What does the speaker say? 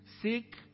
Seek